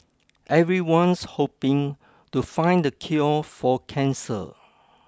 everyone's hoping to find the cure for cancer